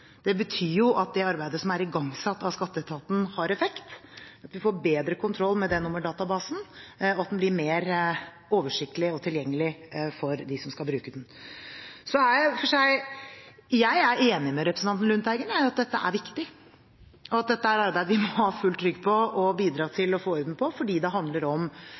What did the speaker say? Det betyr at det arbeidet som er igangsatt av skatteetaten, har effekt, at vi får bedre kontroll med D-nummerdatabasen, og at den blir mer oversiktlig og tilgjengelig for dem som skal bruke den. Jeg er enig med representanten Lundteigen i at dette er viktig, at dette arbeidet må vi ha fullt trykk på og bidra til å få orden på fordi det handler om